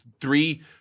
three